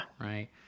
right